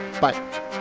Bye